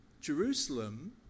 Jerusalem